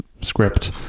script